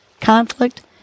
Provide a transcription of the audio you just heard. conflict